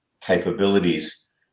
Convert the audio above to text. capabilities